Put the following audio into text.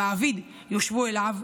המעביד, יושבו אליו,